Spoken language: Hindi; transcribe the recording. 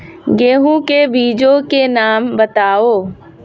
गेहूँ के बीजों के नाम बताओ?